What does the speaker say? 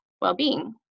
well-being